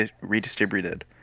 redistributed